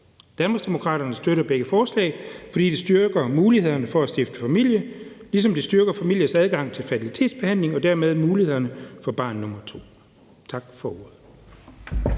Danmarksdemokraterne støtter begge forslag, fordi de styrker mulighederne for at stifte familie, ligesom de styrker familiers adgang til fertilitetsbehandling og dermed mulighederne for barn nummer to. Tak for ordet.